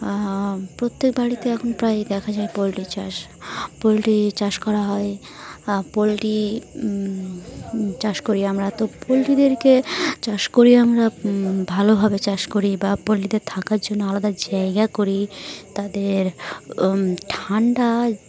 প্রত্যেক বাড়িতে এখন প্রায়ই দেখা যায় পোলট্রি চাষ পোলট্রি চাষ করা হয় পোলট্রি চাষ করি আমরা তো পোলট্রিদেরকে চাষ করি আমরা ভালোভাবে চাষ করি বা পোলট্রিদের থাকার জন্য আলাদা জায়গা করি তাদের ঠান্ডা